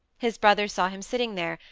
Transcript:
his brother saw him sitting there,